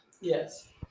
Yes